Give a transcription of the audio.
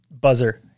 buzzer